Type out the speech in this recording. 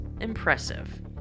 impressive